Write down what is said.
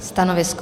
Stanovisko?